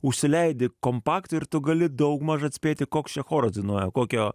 užsileidi kompaktą ir tu gali daugmaž atspėti koks čia choras dainuoja kokio